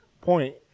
point